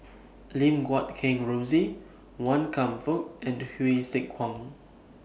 Lim Guat Kheng Rosie Wan Kam Fook and Hsu Tse Kwang